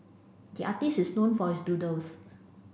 the artist is known for his doodles